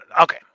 okay